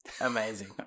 amazing